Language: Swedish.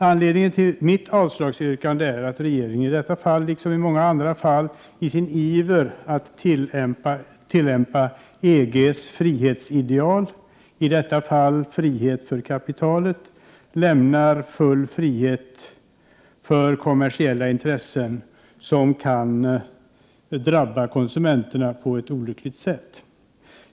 Anledningen till mitt avslagsyrkande är att regeringen i detta fall, liksom i många andra fall, i sin iver att tillämpa EG:s frihetsideal, frihet för kapitalet, lämnar full frihet till kommersiella intressen, som kan drabba konsumenterna på ett olyckligt sätt.